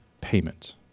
payment